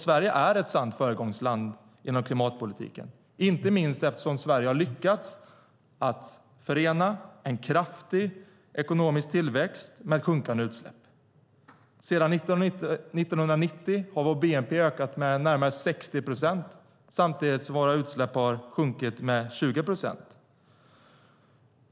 Sverige är ett sant föregångsland inom klimatpolitiken, inte minst eftersom Sverige har lyckats förena en kraftig ekonomisk tillväxt med sjunkande utsläpp. Sedan 1990 har vår bnp ökat med närmare 60 procent samtidigt som våra utsläpp har sjunkit med 20 procent.